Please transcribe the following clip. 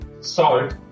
salt